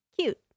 cute